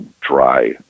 dry